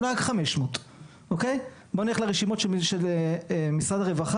אולי רק 500. בואו נלך לרשימות של משרד הרווחה,